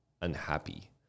unhappy